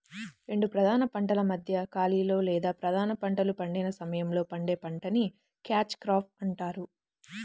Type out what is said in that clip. రెండు ప్రధాన పంటల మధ్య ఖాళీలో లేదా ప్రధాన పంటలు పండని సమయంలో పండే పంటని క్యాచ్ క్రాప్ అంటారు